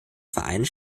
vereinen